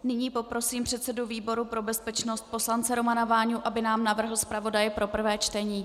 Nyní poprosím předsedu výboru pro bezpečnost poslance Romana Váňu, aby navrhl zpravodaje pro prvé čtení.